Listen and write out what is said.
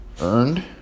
earned